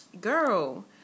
Girl